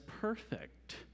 perfect